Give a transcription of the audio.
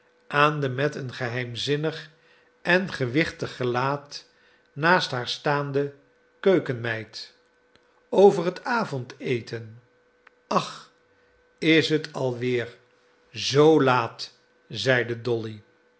aan de met een geheimzinnig en gewichtig gelaat naast haar staande keukenmeid over het avondeten ach is het al weer z laat zeide dolly